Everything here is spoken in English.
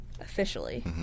officially